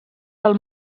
del